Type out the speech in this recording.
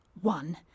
One